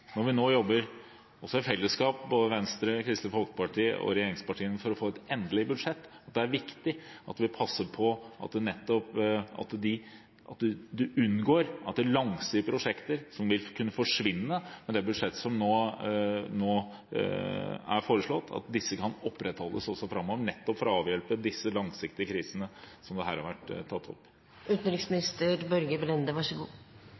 når vi nå jobber i fellesskap – både Venstre, Kristelig Folkeparti og regjeringspartiene – for å få et endelig budsjett, at vi passer på at langsiktige prosjekter som vil kunne forsvinne med det budsjettet som nå er foreslått, kan opprettholdes også framover, nettopp for å avhjelpe de langsiktige krisene som her har vært tatt